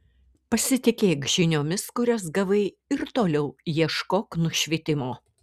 pasitikėk žiniomis kurias gavai ir toliau ieškok nušvitimo